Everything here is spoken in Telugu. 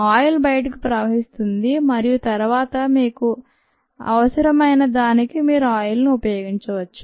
ఆయిల్ బయటకు ప్రవహిస్తుంది మరియు తరువాత మీకు అవసరమైన దానికి మీరు ఆయిల్ ను ఉపయోగించవచ్చు